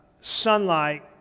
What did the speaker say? sunlight